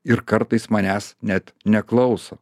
ir kartais manęs net neklauso